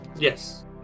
Yes